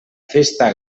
festa